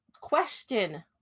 question